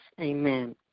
Amen